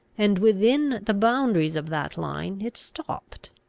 and within the boundaries of that line it stopped.